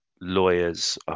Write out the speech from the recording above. lawyers